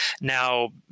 Now